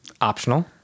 optional